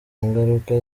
ngaruka